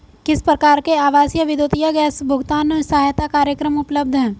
किस प्रकार के आवासीय विद्युत या गैस भुगतान सहायता कार्यक्रम उपलब्ध हैं?